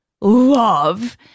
love